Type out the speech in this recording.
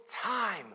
time